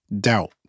doubt